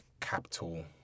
capital